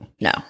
No